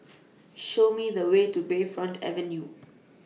Show Me The Way to Bayfront Avenue